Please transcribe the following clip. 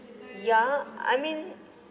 ya I mean